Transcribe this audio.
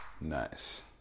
Nice